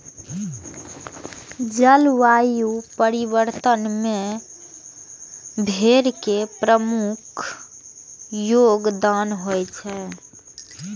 जलवायु परिवर्तन मे भेड़ के प्रमुख योगदान होइ छै